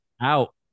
Out